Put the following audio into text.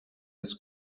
des